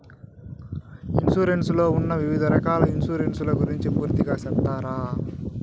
Insurance లో ఉన్న వివిధ రకాల ఇన్సూరెన్సు ల గురించి పూర్తిగా సెప్తారా?